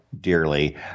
dearly